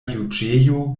juĝejo